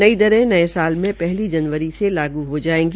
नई दरें नये साल में पहली जनवरी से लागू हो जायेगी